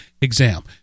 exam